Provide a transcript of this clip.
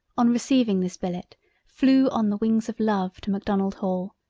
on receiving this billet flew on the wings of love to macdonald-hall,